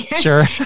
Sure